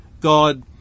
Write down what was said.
God